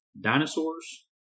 dinosaurs